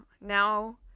Now